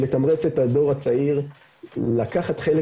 בשביל לתמרץ את הדור הצעיר לקחת חלק